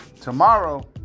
tomorrow